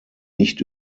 nicht